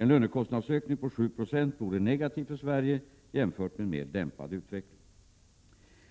En lönekostnadsökning på 7 Je vore negativ för Sverige jämfört med en mer dämpad utveckling.